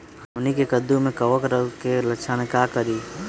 हमनी के कददु में कवक रोग के लक्षण हई का करी?